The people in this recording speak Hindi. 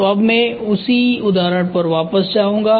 तो अब मैं उसी उदाहरण पर वापस जाऊंगा